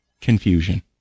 confusion